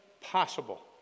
possible